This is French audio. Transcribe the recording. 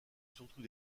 surtout